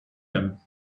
him